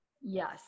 Yes